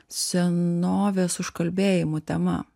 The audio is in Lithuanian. senovės užkalbėjimų tema